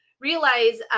realize